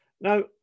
Now